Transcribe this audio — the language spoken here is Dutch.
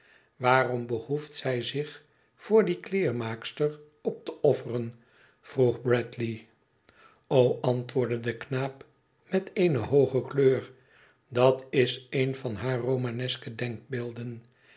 waarom behoeft zij zich voor die kleermaakster op te offeren vroeg bradley o antwoordde de knaap met eene hooge kleur i dat is een van hare romaneske denkbeelden